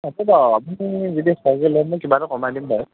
হ'ব বাৰু আপুনি যদি লয় কিবা এটা কমাই দিম বাৰু